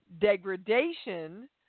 degradation